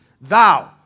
Thou